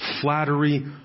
flattery